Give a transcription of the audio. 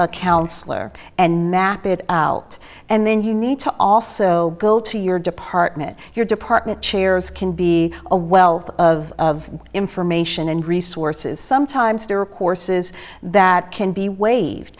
a counsellor and map it out and then you need to also go to your department your department chairs can be a wealth of information and resources sometimes there are courses that can be waived